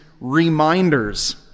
reminders